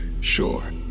Sure